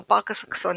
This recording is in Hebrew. הוא הפארק הסקסוני,